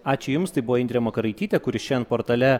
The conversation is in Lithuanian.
ačiū jums tai buvo indrė makaraitytė kuri šiandien portale